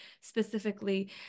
specifically